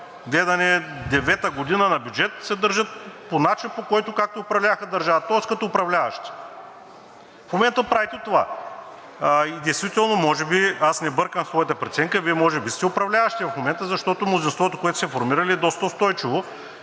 гледане девета година на бюджет, се държат по начин, по който както управляваха държавата, тоест като управляващи. В момента правите това. Действително аз не бъркам в своята преценка, Вие може би сте управляващи в момента, защото мнозинството, което сте формирали, е доста устойчиво